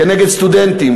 כנגד סטודנטים,